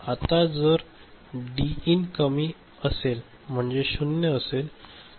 आता जर D in कमी असेल म्हणजे हे 0 असेल